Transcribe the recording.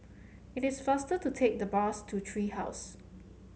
it is faster to take the bus to Tree House